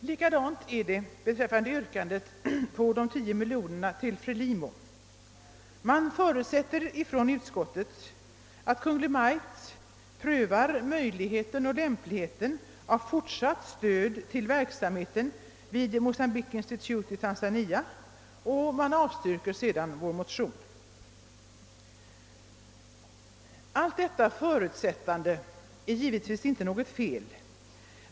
Likadant är det beträffande yrkandet om ett anslag på 10 miljoner kronor till FRELIMO. Statsutskottet förutsätter att Kungl. Maj:t prövar möjligheten och lämpligheten av fortsatt stöd till verksamheten vid Mocambique Institute i Tanzania och avstyrker våra motioner. Allt detta förutsättande är givetvis inte något fel.